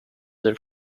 their